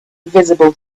visible